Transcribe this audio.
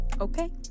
Okay